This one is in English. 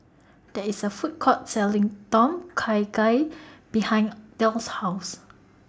There IS A Food Court Selling Tom Kha Gai behind Del's House